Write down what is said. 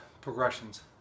progressions